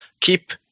keep